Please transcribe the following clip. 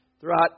throughout